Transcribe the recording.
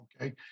okay